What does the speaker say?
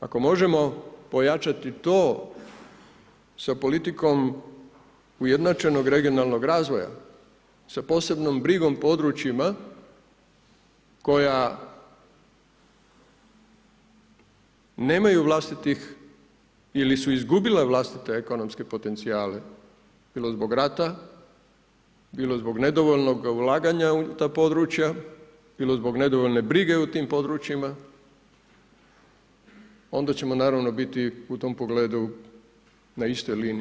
Ako možemo pojačati to sa politikom ujednačenog regionalnog razvoja, sa posebnom brigom područjima, koja nemaju vlastitih ili su izgubila vlastite ekonomske potencijale bilo zbog rata bilo zbog nedovoljnog ulaganja u ta područja ili zbog nedovoljne brige u tim područjima, onda ćemo naravno biti u tom pogledu na istoj liniji.